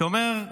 שאומר: